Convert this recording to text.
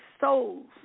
souls